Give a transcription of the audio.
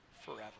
forever